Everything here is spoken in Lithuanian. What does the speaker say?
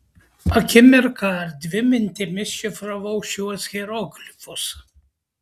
akimirką ar dvi mintimis šifravau šiuos hieroglifus